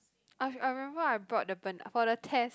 I've I remember I brought the ban~ for the test